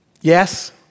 Yes